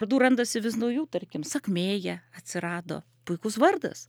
vardų randasi vis naujų tarkim sakmėja atsirado puikus vardas